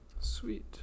Sweet